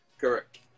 Correct